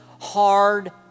hard